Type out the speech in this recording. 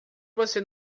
você